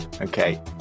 Okay